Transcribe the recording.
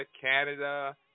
Canada